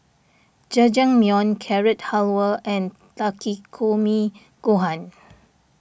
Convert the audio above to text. Jajangmyeon Carrot Halwa and Takikomi Gohan